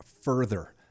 further